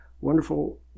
wonderful